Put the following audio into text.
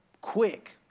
quick